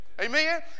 Amen